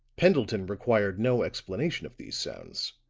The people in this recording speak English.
pendleton required no explanation of these sounds